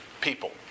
people